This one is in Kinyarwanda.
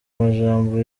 majambo